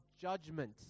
judgment